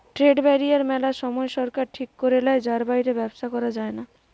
trade barrier মেলা সময় সরকার ঠিক করে লেয় যার বাইরে ব্যবসা করা যায়না